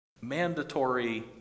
Mandatory